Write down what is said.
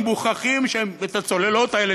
אם מוכרחים את הצוללות האלה,